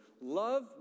love